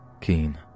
keen